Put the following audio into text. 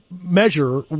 measure